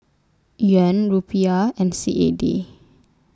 Yuan Rupiah and C A D